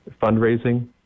fundraising